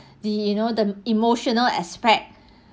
the you know the emotional aspect